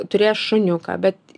turės šuniuką bet